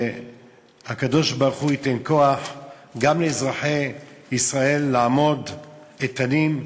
שהקדוש-ברוך-הוא ייתן כוח לאזרחי ישראל לעמוד איתנים,